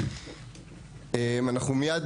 אנחנו מיד,